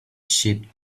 sheep